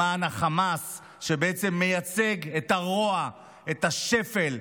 למען החמאס, שבעצם מייצג את הרוע, את השפל.